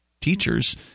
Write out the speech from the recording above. teachers